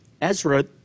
Ezra